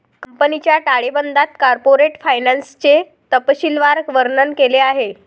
कंपनीच्या ताळेबंदात कॉर्पोरेट फायनान्सचे तपशीलवार वर्णन केले आहे